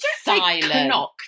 silent